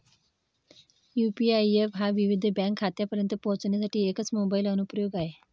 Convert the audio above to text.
UPI app हा विविध bank खात्यांपर्यंत पोहोचण्यासाठी एकच मोबाइल अनुप्रयोग आहे